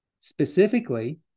Specifically